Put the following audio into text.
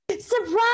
Surprise